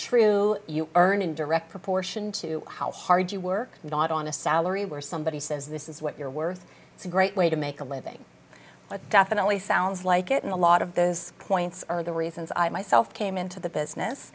true you earn in direct proportion to how hard you work with on a salary where somebody says this is what you're worth it's a great way to make a living but definitely sounds like it and a lot of those points are the reasons i myself came into the